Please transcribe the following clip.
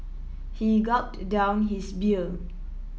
he gulped down his beer